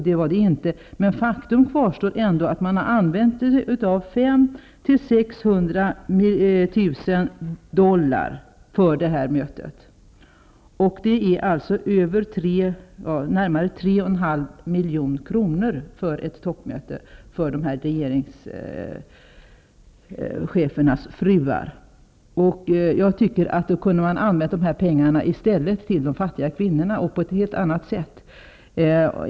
Det gjorde det inte, men faktum kvarstår att 500 000--600 000 dollar har använts för mötet, vilket motsvarar närmare 3,5 milj.kr. för regerings chefernas fruar. Jag tycker att man i stället kunde ha använt pengarna för de fattiga kvinnorna och på ett helt annat sätt.